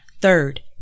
Third